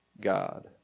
God